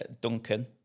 Duncan